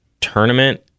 tournament